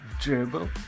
Dribble